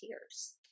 tears